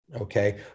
Okay